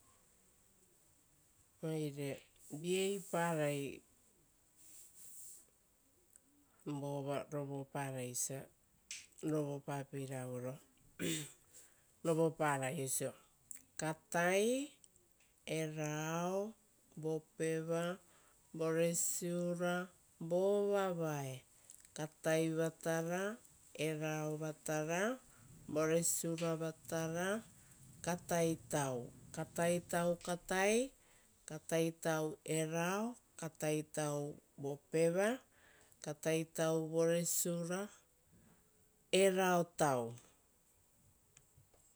Oire vieiparai vova roparai osa rovopapeira auero vieiara: rovoparai oisio, katai erao vopeva voresiura vovavae katai vatara erao vatara vopeva vatara voresiura vatara katai tau katai tau katai katai tau erao katai tau vopeva katai tau voresiura erao tau